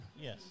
Yes